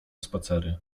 spacery